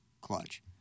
clutch